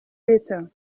bitter